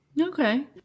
Okay